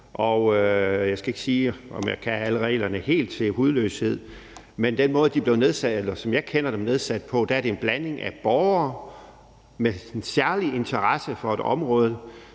Jeg skal ikke sige, om jeg kan alle reglerne helt til hudløshed, men med den måde, de er nedsat på – sådan som jeg kender dem – er det en blanding af borgere med særlig interesse for et område